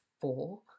four